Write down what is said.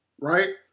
Right